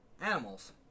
animals